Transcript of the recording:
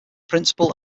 principal